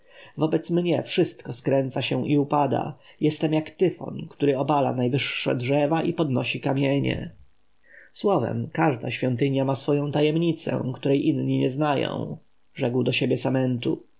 wobec mnie wszystko skręca się i upada jestem jak tyfon który obala najwyższe drzewa i podnosi kamienie słowem każda świątynia ma swoją tajemnicę której inne nie znają rzekł do siebie